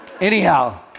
Anyhow